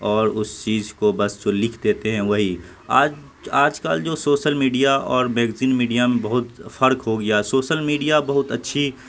اور اس چیز کو بس جو لکھ دیتے ہیں وہی آج آج کل جو سوسل میڈیا اور میگزین میڈیا میں بہت فرق ہو گیا سوسل میڈیا بہت اچھی